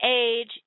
age